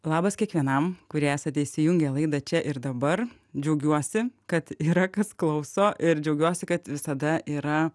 labas kiekvienam kurie esate įsijungę laidą čia ir dabar džiaugiuosi kad yra kas klauso ir džiaugiuosi kad visada yra